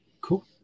Cool